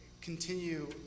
continue